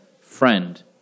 Friend